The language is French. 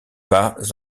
pas